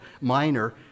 Minor